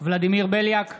ולדימיר בליאק,